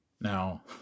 Now